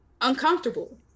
uncomfortable